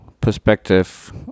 perspective